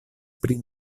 pri